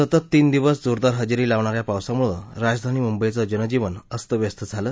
सतत तीन दिवस जोरदार हजेरी लावणा या पावसामुळं राजधानी मुंबईचं जनजीवन अस्तव्यस्त झालं